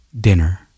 dinner